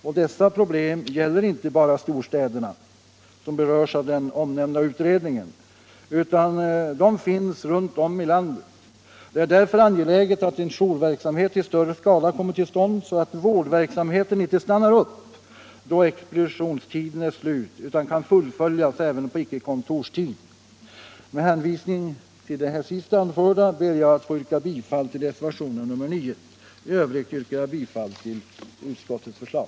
Och dessa problem gäller inte bara storstäderna, som berörs av den omnämnda utredningen, utan de finns runtom i landet. Det är därför angeläget att en jourverksamhet i större skala kommer till stånd, så att vårdverksamheten inte stannar upp då expeditionstiden är slut utan kan fullföljas även på icke kontorstid. Med hänvisning till det senast anförda ber jag att få yrka bifall till reservation nr 9. I övrigt yrkar jag bifall till utskottets förslag.